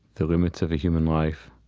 the limits of the human life,